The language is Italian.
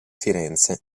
firenze